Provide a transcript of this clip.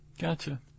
Gotcha